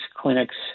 clinics